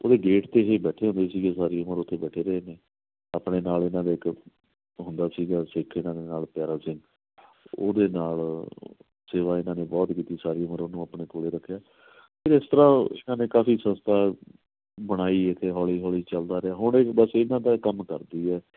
ਉਹਦੇ ਗੇਟ 'ਤੇ ਹੀ ਬੈਠੇ ਹੁੰਦੇ ਸੀਗੇ ਸਾਰੀ ਉਮਰ ਉੱਥੇ ਬੈਠੇ ਰਹੇ ਨੇ ਆਪਣੇ ਨਾਲ ਉਹਨਾਂ ਦੇ ਇੱਕ ਹੁੰਦਾ ਸੀਗਾ ਸਿੱਖ ਇਹਨਾਂ ਦੇ ਨਾਲ ਪਿਆਰਾ ਸਿੰਘ ਉਹਦੇ ਨਾਲ ਸੇਵਾ ਇਹਨਾਂ ਨੇ ਬਹੁਤ ਕੀਤੀ ਸਾਰੀ ਉਮਰ ਉਹਨੂੰ ਆਪਣੇ ਕੋਲ ਰੱਖਿਆ ਫਿਰ ਇਸ ਤਰ੍ਹਾਂ ਇਹਨਾਂ ਨੇ ਕਾਫੀ ਸੰਸਥਾ ਬਣਾਈ ਇੱਥੇ ਹੌਲੀ ਹੌਲੀ ਚੱਲਦਾ ਰਿਹਾ ਹੁਣ ਇਹ ਬਸ ਇਹਨਾਂ ਦਾ ਕੰਮ ਕਰਦੀ ਹੈ